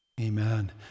Amen